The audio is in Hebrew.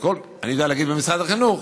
אני יודע להגיד במשרד החינוך,